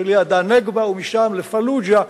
שלידה נגבה ומשם לפלוג'ה,